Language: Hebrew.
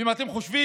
ואם אתם חושבים